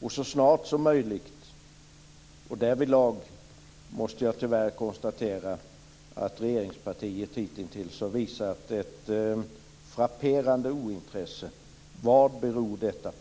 och så snart som möjligt, och därvidlag måste jag tyvärr konstatera att regeringspartiet hittills har visat ett frapperande ointresse. Vad beror detta på?